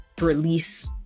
release